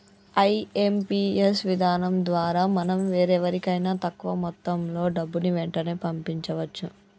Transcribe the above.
IMPS విధానం ద్వారా మనం వేరెవరికైనా తక్కువ మొత్తంలో డబ్బుని వెంటనే పంపించవచ్చు